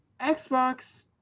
Xbox